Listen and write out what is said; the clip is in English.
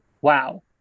wow